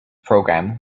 program